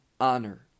honor